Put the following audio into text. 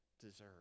deserve